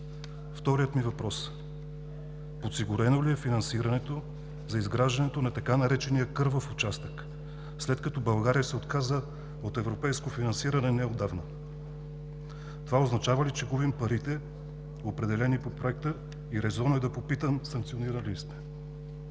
Вторият ми въпрос: подсигурено ли е финансирането за изграждането на така наречения кървав участък, след като България се отказа от европейско финансиране неотдавна? Това означава ли, че губим парите, определени по проекта? И резонно е да попитам санкционирани ли сте?